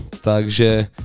takže